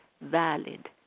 valid